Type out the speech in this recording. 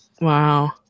Wow